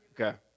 Okay